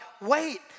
wait